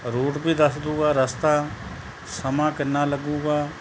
route ਵੀ ਦੱਸ ਦਊਗਾ ਰਸਤਾ ਸਮਾਂ ਕਿੰਨਾ ਲੱਗੂਗਾ